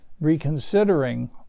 reconsidering